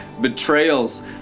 betrayals